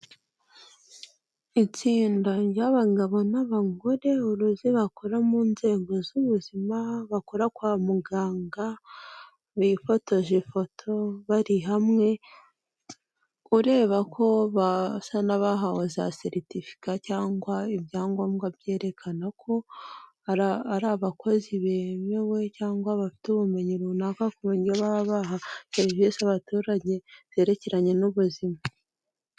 Itsinda ry'abagabo n'abagore uruzi bakora mu nzego z'ubuzima, bakora kwa muganga, bifotoje ifoto bari hamwe, ureba ko basa n'abahawe za seritifika cyangwa ibya ngombwa byerekana ko ara ari abakozi bemewe cyangwa bafite ubumenyi runaka ku buryo baba baha serivisi abaturage zerekeranye n'ubuzima.